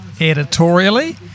editorially